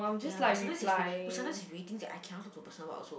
ya but sometimes but sometimes I cannot talk to the person about what also